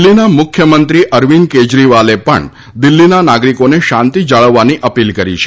દિલ્ફીના મુખ્યમંત્રી અરવિંદ કેજરીવાલે પણ દિલ્ફીના નાગરિકોને શાંતિ જાળવવાની અપીલ કરી છે